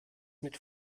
mit